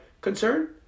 concern